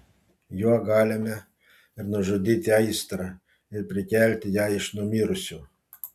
juo galime ir nužudyti aistrą ir prikelti ją iš numirusių